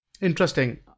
interesting